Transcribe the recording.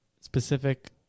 specific